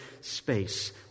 space